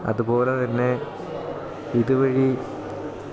അതുപോലെ തന്നെ ഇതുവഴി